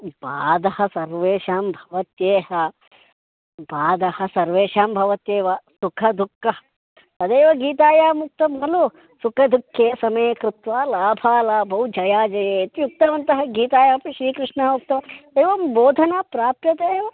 बाधः सर्वेषां भवत्येव बाधः सर्वेषां भवत्येव सुखं दुःखं तदेव गीतायामुक्तं खलु सुखदुःखे समे कृत्वा लाभालाभौ जयाजयौ इत्युक्तवन्तः गीतायामपि श्रीकृष्णः उक्तवान् एवं बोधना प्राप्यते एव